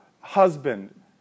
husband